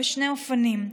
בשני אופנים: